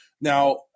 Now